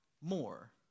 more